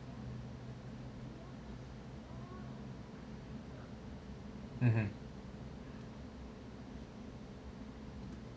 mmhmm